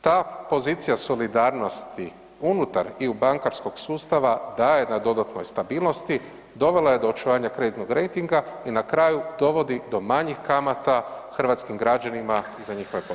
Ta pozicija solidarnosti unutar i u bankarskog sustava daje na dodatnoj stabilnosti, dovela je do očuvanja kreditnog rejtinga i na kraju dovodi do manjih kamata hrvatskim građanima za njihove potrebe.